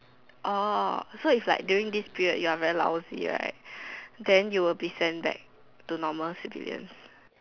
orh so it's like during this period you are very lousy right then you will be sent back to normal civilian